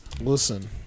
Listen